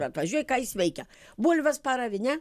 atvažiuoja ką jis veikia bulves paravi ne